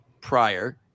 prior